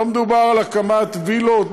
לא מדובר בהקמת וילות,